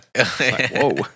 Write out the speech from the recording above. Whoa